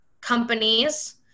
companies